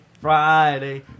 Friday